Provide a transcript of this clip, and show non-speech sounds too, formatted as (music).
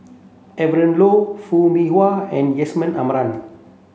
Evon (unintelligible) Foo Mee Har and Yusman Aman